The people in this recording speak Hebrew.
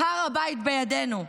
"הר הבית בידינו,